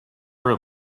early